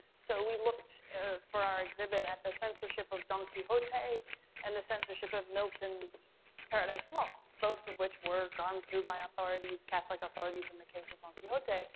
so we looked for our exhibit at the censorship of don quixote and the censorship of milton's paradise lost, both of which were gone through by authorities, catholic authorities in the case of don quixote,